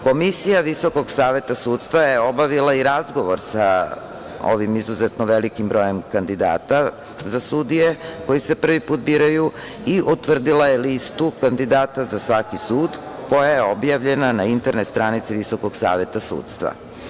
Komisija Visokog Saveta sudstva je obavila i razgovor sa ovim izuzetno velikim brojem kandidata za sudije koji se prvi put biraju i utvrdila je listu kandidata za svaki sud, koja je objavljena na internet stranici Visokog Saveta sudstva.